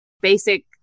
basic